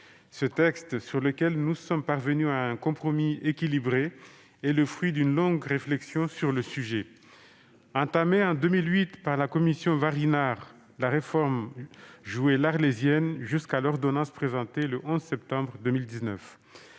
Ce texte, sur lequel nous sommes parvenus à un compromis équilibré, est le fruit d'une longue réflexion sur le sujet. Entamée en 2008 par la commission Varinard, la réforme a joué l'Arlésienne jusqu'à l'ordonnance présentée le 11 septembre 2019.